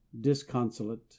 disconsolate